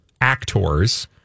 actors